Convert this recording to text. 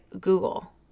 Google